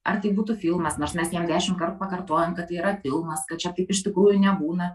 ar tai būtų filmas nors mes jam dešimtkart pakartojam kad tai yra filmas kad čia taip iš tikrųjų nebūna